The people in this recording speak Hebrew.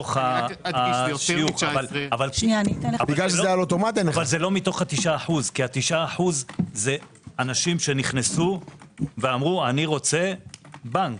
אבל זה לא מתוך ה-9% כי ה-9% זה אנשים שנכנסו ואמרו: אני רוצה בנק.